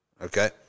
okay